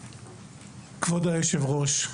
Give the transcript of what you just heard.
כבוד היושב ראש,